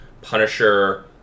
Punisher